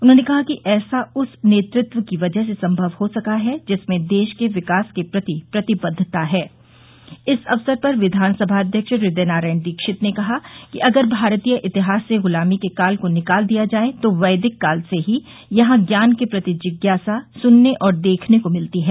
उन्होंने कहा कि ऐसा उस नेतृत्व की वजह से संभव हो सका है जिसमें देश के विकास के प्रति प्रतिबद्वता है इस अवसर पर विधानसभा अध्यक्ष हृदय नारायण दीक्षित ने कहा कि अगर भारतीय इतिहास से गुलामी के काल को निकाल दिया जाये तो वैदिक काल से ही यहां ज्ञान के प्रति जिज्ञासा सुनने और देखने को मिलती है